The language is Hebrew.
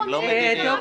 לא מדיניות.